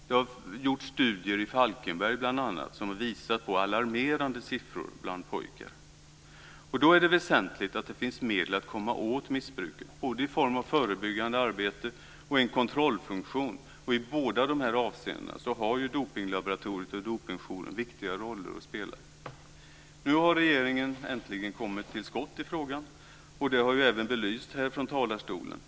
Det har gjorts studier i bl.a. Falkenberg som visar alarmerande siffror bland pojkar. Då är det väsentligt att det finns medel att komma åt missbruket, i form av både förebyggande arbete och en kontrollfunktion, och i båda dessa avseenden har Dopinglaboratoriet och Dopingjouren viktiga roller att spela. Nu har regeringen äntligen kommit till skott i frågan, och det har även belysts härifrån talarstolen.